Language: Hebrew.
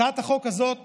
הצעת החוק הזאת